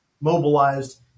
mobilized